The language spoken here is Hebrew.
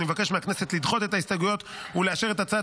אני מבקש מהכנסת לדחות את ההסתייגויות ולאשר את הצעת